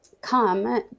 come